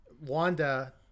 Wanda